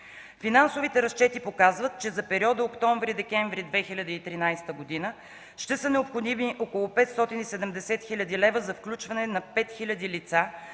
Финансовите разчети показват, че за периода октомври-декември 2013 г. ще са необходими около 570 хил. лв. за включване на 5000 лица,